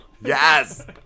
Yes